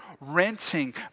renting